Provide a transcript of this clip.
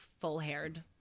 full-haired